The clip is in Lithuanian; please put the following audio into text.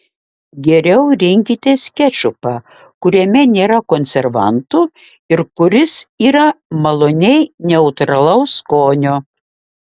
geriau rinkitės kečupą kuriame nėra konservantų ir kuris yra maloniai neutralaus skonio